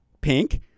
pink